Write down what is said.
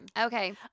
Okay